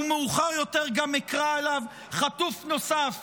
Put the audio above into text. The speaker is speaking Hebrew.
ומאוחר יותר גם אקרא אליו חטוף נוסף